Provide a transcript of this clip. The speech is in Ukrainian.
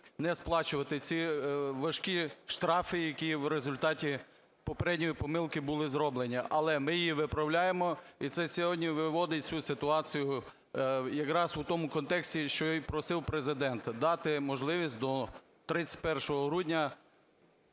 не сплачувати ці важкі штрафи, які в результаті попередньої помилки були зроблені. Але ми її виправляємо, і це сьогодні виводить цю ситуацію якраз в тому контексті, що і просив Президент: дати можливість до 31 грудня